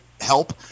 Help